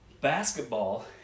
basketball